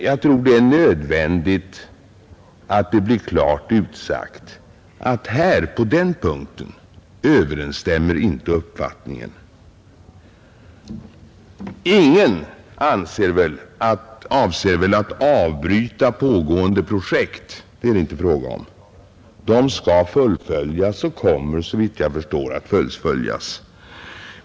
Jag tror det är nödvändigt att det blir klart utsagt att på den punkten överensstämmer inte uppfattningarna. Ingen avser väl att avbryta pågående projekt — det är det inte fråga om. De skall fullföljas och kommer såvitt jag förstår att fullföljas.